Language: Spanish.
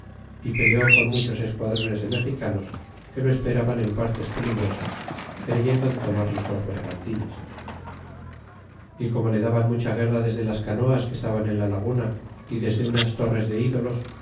y peleó con muchos esquadroncs mexicanos que lo esperaban en partes peligrosas creyendo de tomarles los bergantines y como le daban mucha guerra desde las canoas que estaban en la laguna y desde unas torres de ídolos